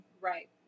Right